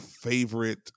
favorite